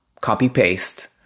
copy-paste